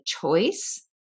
choice